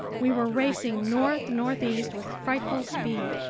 we were racing north-northeast with frightful speed,